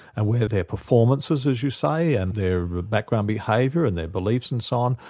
and where their performances, as you say, and their background behaviour and their beliefs and so on,